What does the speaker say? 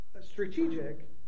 strategic